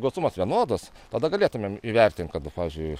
gausumas vienodas tada galėtumėm įvertint kad pavyzdžiui